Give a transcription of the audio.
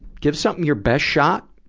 give something your best shot,